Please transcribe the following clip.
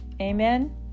Amen